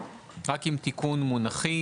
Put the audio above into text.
רק עם תיקון מונחי,